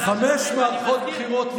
חמש מערכות בחירות,